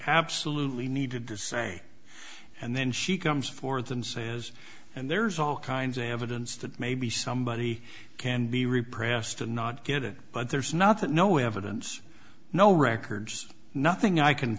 absolutely needed to say and then she comes forth and say as and there's all kinds of evidence that maybe somebody can be repressed and not get it but there's not that no evidence no records nothing i can